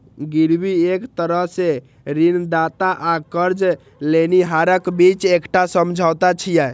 गिरवी एक तरह सं ऋणदाता आ कर्ज लेनिहारक बीच एकटा समझौता छियै